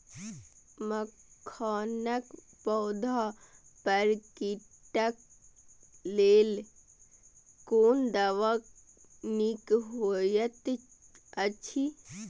मखानक पौधा पर कीटक लेल कोन दवा निक होयत अछि?